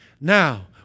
now